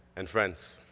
and friends.